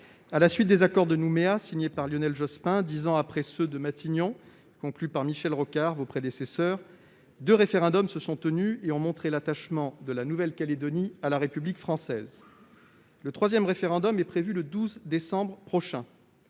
À la suite de l'accord de Nouméa, signé par Lionel Jospin dix ans après les accords de Matignon conclus par Michel Rocard- vos prédécesseurs -, deux référendums se sont tenus et ont montré l'attachement de la Nouvelle-Calédonie à la République française. Le troisième référendum est prévu le 12 décembre prochain.